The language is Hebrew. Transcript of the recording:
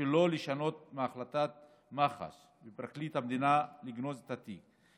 שלא לשנות מהחלטת מח"ש ופרקליט המדינה לגנוז את התיק,